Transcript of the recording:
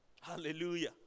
Hallelujah